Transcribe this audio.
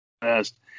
best